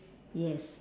yes